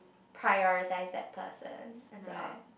prioritise that person as well